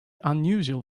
unusual